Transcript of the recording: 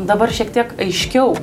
dabar šiek tiek aiškiau